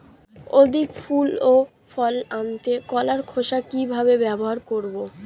অধিক ফুল ও ফল আনতে কলার খোসা কিভাবে ব্যবহার করব?